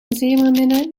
zeemeerminnen